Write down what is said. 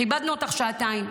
כיבדנו אותך שעתיים.